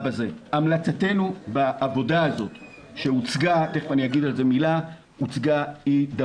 המלצתנו בעבודה הזאת שהוצגה היא דבר